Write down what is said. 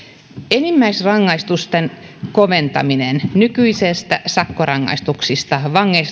enimmäisrangaistusten koventamisella nykyisestä sakkorangaistuksesta